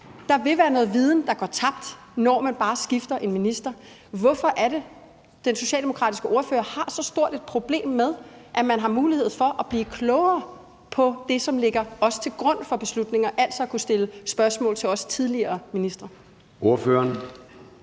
Der vil være noget viden, der går tabt, når man skifter en minister. Hvorfor er det, at den socialdemokratiske ordfører har så stort et problem med, at man har mulighed for at blive klogere på det, som også ligger til grund for beslutninger, altså at man kan stille spørgsmål også til tidligere ministre? Kl.